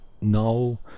now